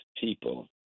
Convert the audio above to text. people